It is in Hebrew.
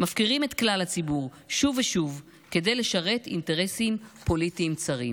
מפקירים את כלל הציבור שוב ושוב כדי לשרת אינטרסים פוליטיים צרים: